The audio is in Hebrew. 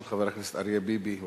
של חבר הכנסת אריה ביבי,